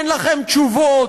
אין לכם תשובות,